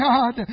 God